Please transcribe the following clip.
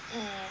mm